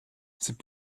c’est